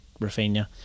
Rafinha